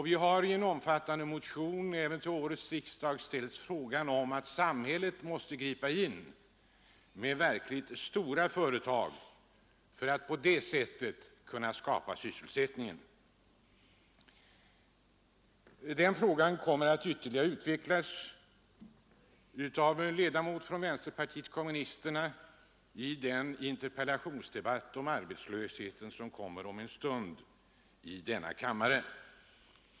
Vi har i en omfattande motion till årets riksdag sagt att samhället måste gripa in med verkligt stora företag för att på det sättet skapa sysselsättning. Den frågan kommer att utvecklas ytterligare av en ledamot av vänsterpartiet kommunisterna i den interpellationsdebatt om arbetslösheten som kommer om en stund i denna kammare.